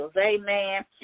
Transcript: Amen